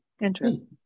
interesting